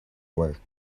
work